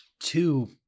Two